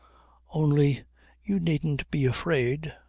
only you needn't be afraid.